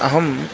अहम्